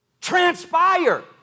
transpire